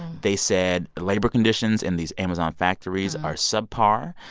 they said labor conditions in these amazon factories are subpar.